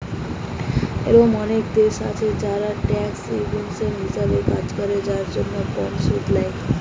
এরোম অনেক দেশ আছে যারা ট্যাক্স হ্যাভেন হিসাবে কাজ করে, যারা অনেক কম সুদ ল্যায়